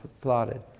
plotted